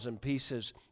pieces